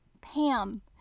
Pam